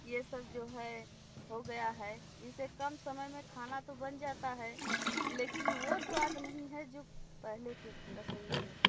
ये सब जो है हो गया है इसे कम समय में खाना तो बन जाता है लेकिन वो स्वाद नहीं है जो पहले के रसोइयों में था